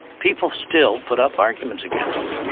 people still put up arguments against it.